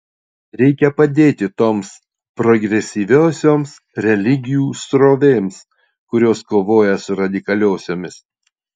reikia padėti toms progresyviosioms religijų srovėms kurios kovoja su radikaliosiomis